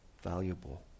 valuable